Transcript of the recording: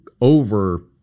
over